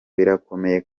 birakomeye